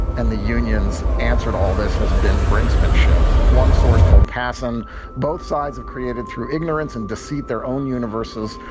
and the unions answered. all this has been brinksmanship. one source told parson both sides have created through ignorance and deceit their own universes.